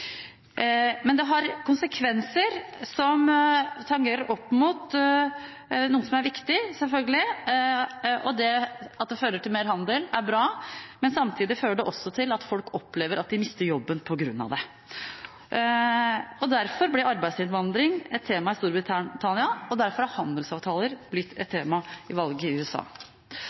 men det har konsekvenser som tangerer opp mot noe som selvfølgelig er viktig: Det at det fører til mer handel, er bra, men samtidig fører det også til at folk opplever at de mister jobben på grunn av det. Derfor ble arbeidsinnvandring et tema i Storbritannia, og derfor har handelsavtaler blitt et tema i valget i USA.